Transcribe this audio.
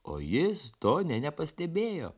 o jis to nė nepastebėjo